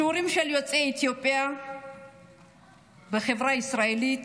שיעורם של יוצאי אתיופיה בחברה הישראלית